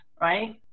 right